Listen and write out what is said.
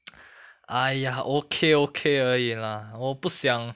!aiya! okay okay 而已 lah 我不想